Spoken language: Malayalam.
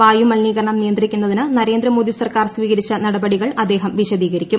വായു മലിനീകരണം നിയന്ത്രിക്കുന്നതിന് നരേന്ദ്രമോദി സർക്കാർ സ്വീകരിച്ച നടപടികൾ അദ്ദേഹം വിശദീകരിക്കും